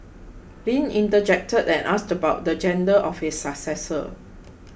Lin interjected and asked about the gender of his successor